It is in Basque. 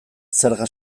zerga